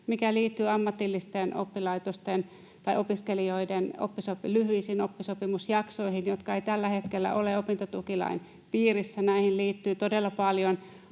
mikä liittyy ammatillisten opiskelijoiden lyhyisiin oppisopimusjaksoihin, jotka eivät tällä hetkellä ole opintotukilain piirissä. Näihin liittyy todella paljon